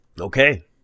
Okay